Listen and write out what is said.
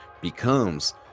becomes